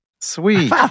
Sweet